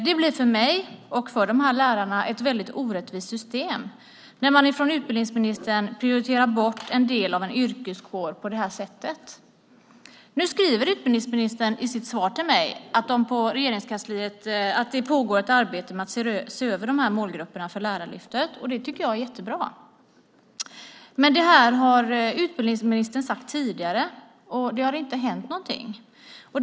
Det blir för mig och för dessa lärare ett väldigt orättvist system när man från utbildningsministerns sida prioriterar bort en del av en yrkeskår på det här sättet. Nu skriver utbildningsministern i sitt svar till mig att det inom Regeringskansliet pågår ett arbete med att se över målgrupperna för Lärarlyftet, och det tycker jag är jättebra. Men det har utbildningsministern sagt tidigare, och det har inte hänt någonting.